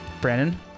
Brandon